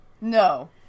No